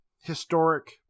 historic